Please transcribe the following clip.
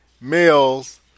males